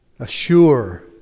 Assure